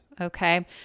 okay